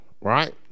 Right